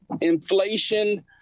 Inflation